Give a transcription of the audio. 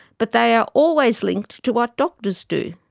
but they are always linked to what doctors do.